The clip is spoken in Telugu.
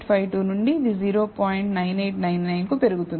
9852 నుండి ఇది 09891 కు పెరుగుతుంది